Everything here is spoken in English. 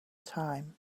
time